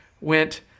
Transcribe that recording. went